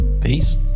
Peace